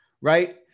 right